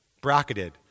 bracketed